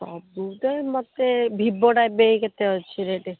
ସବୁ ତ ମୋତେ ଭିବୋଟା ଏବେ କେତେ ଅଛି ରେଟ୍